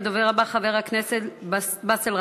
הדובר הבא, חבר הכנסת באסל גטאס.